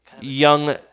young